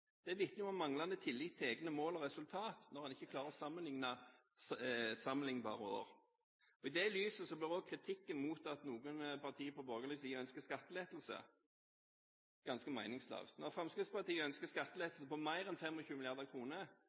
Det vitner om manglende tillit til egne mål og resultater når en ikke klarer å sammenligne med sammenlignbare år. I lys av dette blir også kritikken mot at noen partier på borgerlig side ønsker skattelettelse, ganske meningsløs. Når Fremskrittspartiet ønsker skattelettelse på mer enn